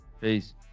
Peace